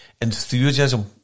Enthusiasm